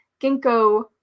ginkgo